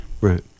right